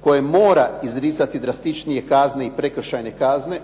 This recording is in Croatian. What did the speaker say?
koje mora izricati drastičnije kazne i prekršajne kazne